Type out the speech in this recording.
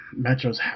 Metros